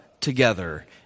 together